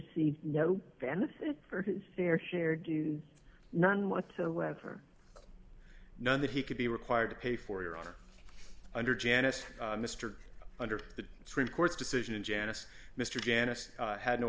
received no benefit for his fair share do none whatsoever none that he could be required to pay for your honor under janice mr under the supreme court's decision janice mr janice had no